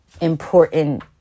important